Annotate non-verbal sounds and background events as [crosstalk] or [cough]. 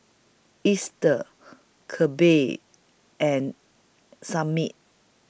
Easter [noise] Kelby and Samit